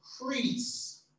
increase